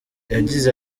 yagize